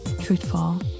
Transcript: truthful